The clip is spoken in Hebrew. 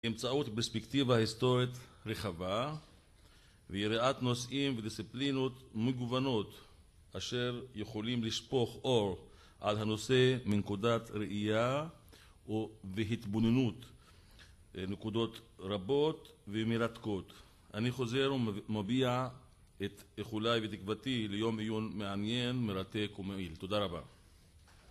באמצעות פרספקטיבה ההיסטורית רחבה ויריעת נושאים ודיסציפלינות מגוונות אשר יכולים לשפוך אור על הנושא מנקודת ראייה ובהתבוננות נקודות רבות ומרתקות. אני חוזר ומביע את איחולי ותקוותי ליום עיון מעניין, מרתק ומועיל. תודה רבה.